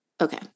Okay